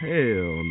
Hell